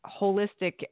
holistic